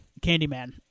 Candyman